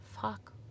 Fuck